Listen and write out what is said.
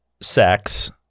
sex